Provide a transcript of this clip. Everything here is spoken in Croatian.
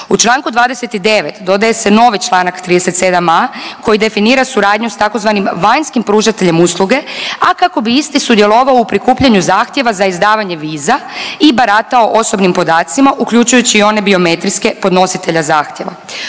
U čl. 29. dodaje se novi čl. 37.a. koji definira suradnju s tzv. vanjskim pružateljem usluge, a kako bi isti sudjelovao u prikupljanju zahtjeva za izdavanje viza i baratao osobnim podacima, uključujući i one biometrijske podnositelja zahtjeva.